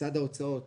בצד ההוצאות